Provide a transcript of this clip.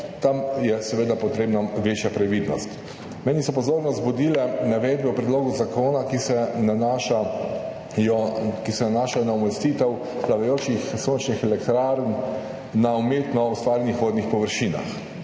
tam je seveda potrebna večja previdnost. Meni so pozornost vzbudile navedbe v predlogu zakona, ki se nanašajo na umestitev plavajočih sončnih elektrarn na umetno ustvarjenih vodnih površinah.